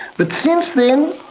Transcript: but since then,